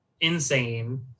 insane